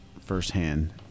firsthand